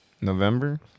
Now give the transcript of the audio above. November